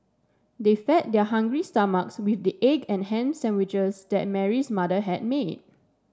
they fed their hungry stomachs with the egg and ham sandwiches that Mary's mother had made